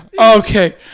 Okay